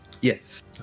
Yes